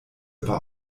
aber